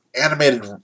animated